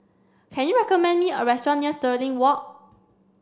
can you recommend me a restaurant near Stirling Walk